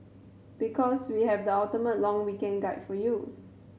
because we have the ultimate long weekend guide for you